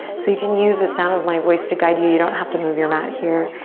so you can use the sound of my voice to guide you. you don't have to move your mat here.